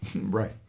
right